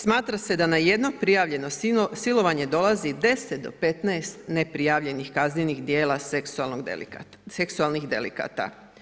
Smatra se da na jedno prijavljeno silovanje dolazi 10-15 neprijavljenih kaznenih djela seksualnih delikata.